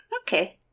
Okay